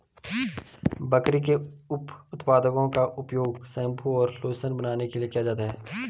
बकरी के उप उत्पादों का उपयोग शैंपू और लोशन बनाने के लिए किया जाता है